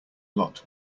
lot